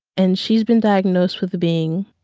and she's been diagnosed with being,